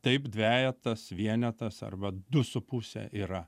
taip dvejetas vienetas arba du su puse yra